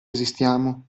esistiamo